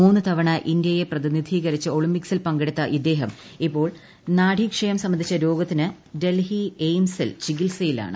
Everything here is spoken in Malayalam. മൂന്നു തവണ ഇന്ത്യയെ പ്രതിനിധീകരിച്ച് ഒളിംപിക്സിൽ പങ്കെടുത്ത ഇദ്ദേഹം ഇപ്പോൾ നാഡീക്ഷയം സംബന്ധിച്ച രോഗത്തിനു ഡൽഹി എഐഐഎംഎസിൽ ചികിത്സയിലാണ്